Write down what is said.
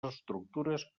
estructures